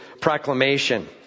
proclamation